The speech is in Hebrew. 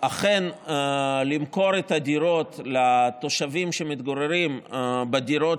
אכן למכור את הדירות לתושבים שמתגוררים בדירות